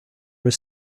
were